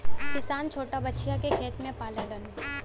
किसान छोटा बछिया के खेत में पाललन